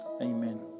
Amen